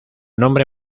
nombre